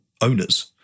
owners